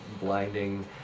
blinding